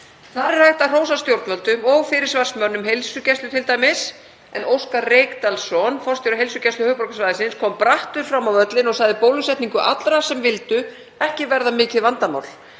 Þar er hægt að hrósa stjórnvöldum og fyrirsvarsmönnum heilsugæslu t.d., en Óskar Reykdalsson, forstjóri Heilsugæslu höfuðborgarsvæðisins, kom brattur fram á völlinn og sagði bólusetningu allra sem vildu ekki verða mikið vandamál.